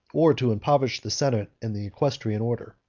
or to impoverish the senate and the equestrian order.